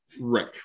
right